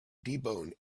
debone